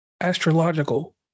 astrological